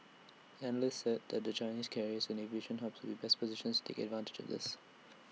analysts said that the Chinese carriers and aviation hubs would be best positions to take advantage of this